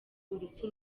urupfu